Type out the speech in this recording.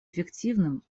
эффективным